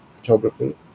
photography